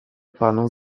panów